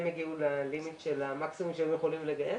הם הגיעו למקסימום שהם יכולים לגייס.